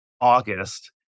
August